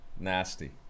nasty